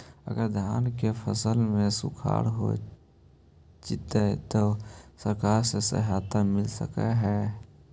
अगर धान के फ़सल में सुखाड़ होजितै त सरकार से सहायता मिल सके हे?